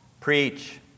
preach